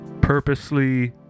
purposely